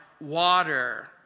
water